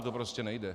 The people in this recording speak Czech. To prostě nejde.